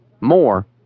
more